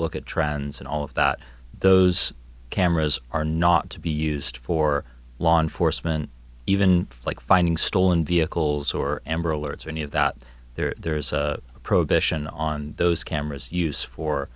look at trends and all of that those cameras are not to be used for law enforcement even like finding stolen vehicles or amber alerts or any of that there's a prohibition on those cameras use for